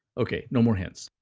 ok, no more hints.